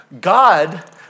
God